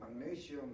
Magnesium